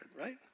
right